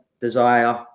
desire